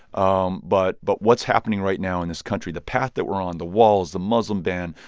um but but what's happening right now in this country the path that we're on, the walls, the muslim ban,